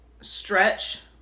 stretch